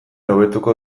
hobetuko